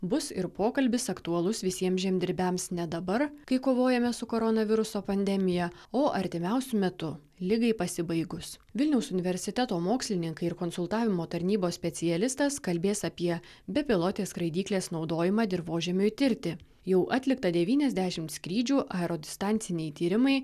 bus ir pokalbis aktualus visiems žemdirbiams ne dabar kai kovojame su koronaviruso pandemija o artimiausiu metu ligai pasibaigus vilniaus universiteto mokslininkai ir konsultavimo tarnybos specialistas kalbės apie bepilotės skraidyklės naudojimą dirvožemiui tirti jau atlikta devyniasdešimt skrydžių aerodistanciniai tyrimai